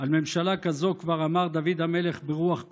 על ממשלה כזאת כבר אמר דוד המלך ברוח קודשו: